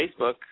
Facebook